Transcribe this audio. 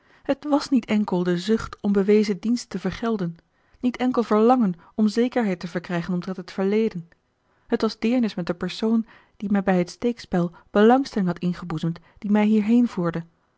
het was niet enkel de zucht om bewezen dienst te vergelden niet enkel verlangen om zekerheid te verkrijgen omtrent het verleden het was deernis met den persoon die mij bij het steekspel belangstelling had ingeboezemd die mij hierheen voerde